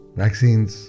vaccines